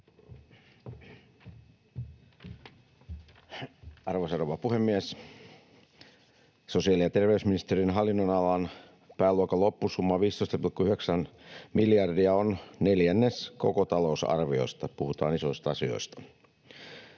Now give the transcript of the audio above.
Arvoisa rouva puhemies! Sosiaali- ja terveysministeriön hallin-nonalan pääluokan loppusumma 15,9 miljardia on neljännes koko talousarviosta — puhutaan isoista asioista.